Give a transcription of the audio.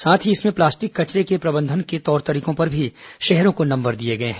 साथ ही इमसें प्लास्टिक कचरे के प्रबंधन के तौर तरीकों पर भी शहरों को नंबर दिए गए हैं